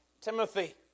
Timothy